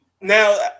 Now